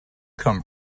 come